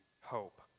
hope